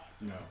No